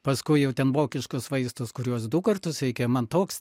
paskui jau ten vokiškus vaistus kuriuos du kartus reikia man toks